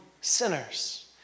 sinners